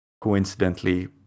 Coincidentally